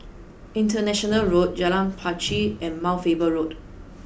International Road Jalan Pacheli and Mount Faber Road